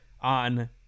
on